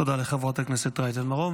תודה לחברת הכנסת רייטן מרום.